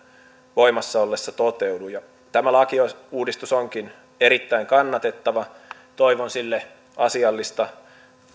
voimassa ollessa toteudu tämä lakiuudistus onkin erittäin kannatettava toivon sille asiallista